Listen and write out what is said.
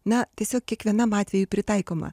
na tiesiog kiekvienam atvejui pritaikoma